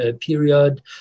period